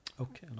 Okay